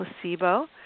placebo